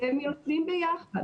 לא, הם יושבים ביחד.